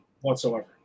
whatsoever